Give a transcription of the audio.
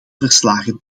verslagen